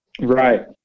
right